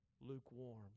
lukewarm